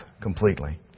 Completely